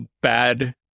bad